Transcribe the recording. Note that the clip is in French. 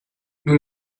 nous